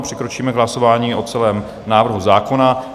Přikročíme k hlasování o celém návrhu zákona.